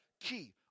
key